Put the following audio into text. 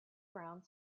ground